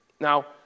Now